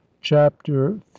Chapter